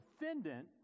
defendant